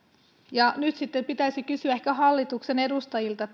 ja nyt sitten pitäisi kysyä ehkä hallituksen edustajilta